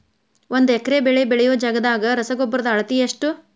ಒಂದ್ ಎಕರೆ ಬೆಳೆ ಬೆಳಿಯೋ ಜಗದಾಗ ರಸಗೊಬ್ಬರದ ಅಳತಿ ಎಷ್ಟು?